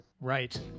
right